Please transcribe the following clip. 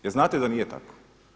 Jer znate da nije tako?